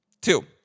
Two